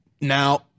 Now